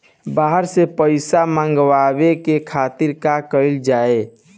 बाहर से पइसा मंगावे के खातिर का कइल जाइ?